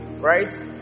Right